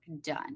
done